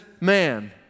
man